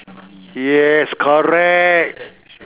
yes correct